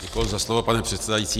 Děkuji za slovo, pane předsedající.